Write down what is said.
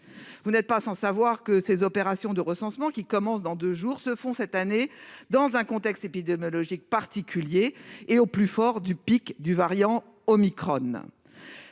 vous n'êtes pas sans savoir que ces opérations de recensement qui commence dans 2 jours, ce fonds cette année dans un contexte épidémiologique particulier et, au plus fort du Pic du variant Omicron